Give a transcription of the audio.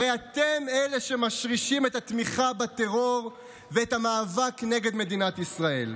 הרי אתם אלה שמשרישים את התמיכה בטרור ואת המאבק נגד מדינת ישראל,